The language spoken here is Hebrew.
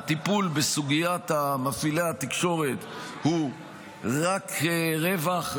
והטיפול בסוגיית מפעילי התקשורת הוא רק רווח,